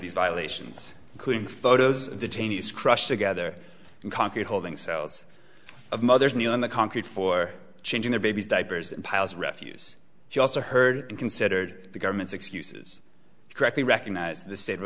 violations including photos of detainees crushed together in concrete holding cells of mother's knee on the concrete for changing their baby's diapers and piles refuse she also heard and considered the government's excuses correctly recognize the state of